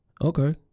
Okay